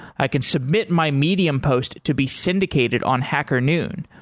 i can submit my medium post to be syndicated on hacker noon.